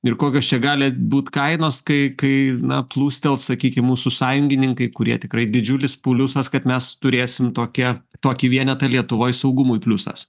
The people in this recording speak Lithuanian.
ir kokios čia gali būt kainos kai kai na plūstels sakykim mūsų sąjungininkai kurie tikrai didžiulis pliusas kad mes turėsim tokią tokį vienetą lietuvoj saugumui pliusas